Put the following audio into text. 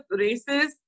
races